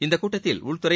இந்த கூட்டத்தில் உள்துறை